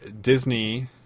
Disney